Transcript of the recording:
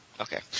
Okay